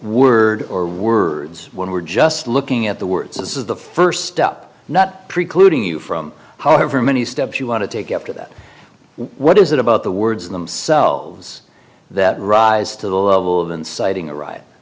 word or words when we're just looking at the words this is the first step not precluding you from however many steps you want to take after that what is it about the words themselves that rise to the level of inciting a riot